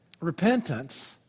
repentance